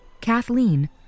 Kathleen